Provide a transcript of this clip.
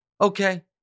Okay